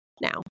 now